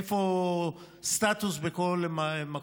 סטטוס בכל מקום.